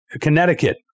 Connecticut